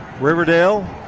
Riverdale